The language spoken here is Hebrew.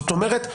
זאת אומרת,